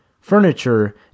Furniture